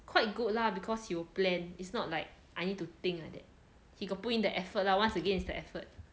quite good lah because he will plan it's not like I need to think like that he got put in the effort lah once again it's the effort